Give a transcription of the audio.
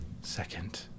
second